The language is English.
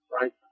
right